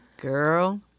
Girl